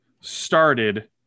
started